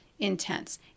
intense